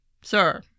sir